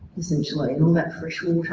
essentially and all that fresh water